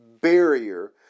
barrier